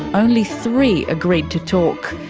only three agreed to talk,